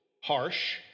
harsh